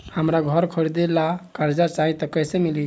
हमरा घर खरीदे ला कर्जा चाही त कैसे मिली?